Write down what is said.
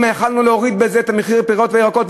אם יכולנו להוריד בזה את מחירי הפירות והירקות,